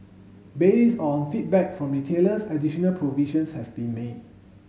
based on feedback from retailers additional provisions have been made